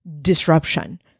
disruption